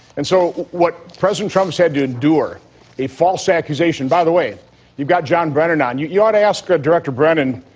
and so what president trump's had to endure a false accusation by the way you've got john brennan on you you ought to ask director brennan.